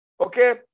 Okay